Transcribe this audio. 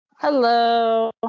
Hello